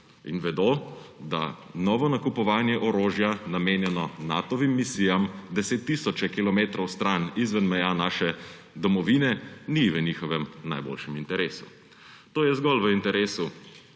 in vedo, da novo nakupovanje orožja, namenjeno Natovim misijam deset tisoče kilometrov stran izven meja naše domovine, ni v njihovem najboljšem interesu. To je zgolj v interesu